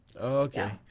okay